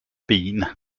bean